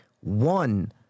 one